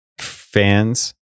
fans